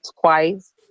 twice